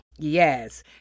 yes